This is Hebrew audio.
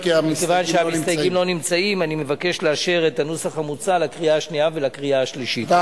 אני מתכבד להביא בפני הכנסת לקריאה השנייה ולקריאה השלישית,